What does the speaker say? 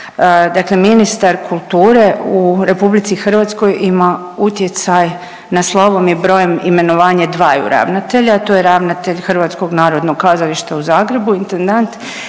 dakle ministar kulture u RH ima utjecaj na slovom i brojem imenovanje dvaju ravnatelja, to je ravnatelj Hrvatskog narodnog kazališta u Zagrebu, intendant